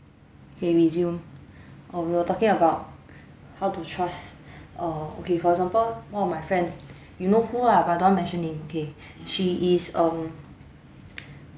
K resume err we're talking about how to trust err okay for example one of my friend you know who ah but I don't want mention name okay she is um